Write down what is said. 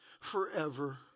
forever